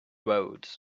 road